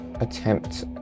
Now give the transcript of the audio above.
attempt